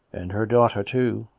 and her daughter, too,